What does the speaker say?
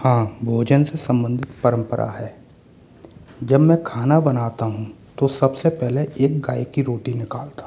हाँ भोजन से संबंधित परंपरा है जब मैं खाना बनाता हूँ तो सबसे पहले एक गाय की रोटी निकलता हूँ